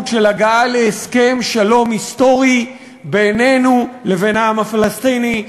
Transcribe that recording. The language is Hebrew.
של הגעה להסכם שלום היסטורי בינינו לבין העם הפלסטיני,